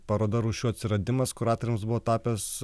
paroda rūšių atsiradimas kuratoriams buvo tapęs